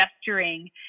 gesturing